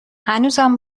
هنوزم